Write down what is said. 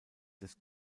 des